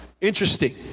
interesting